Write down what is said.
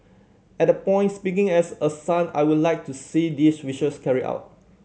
at that point speaking as a son I would like to see these wishes carried out